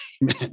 man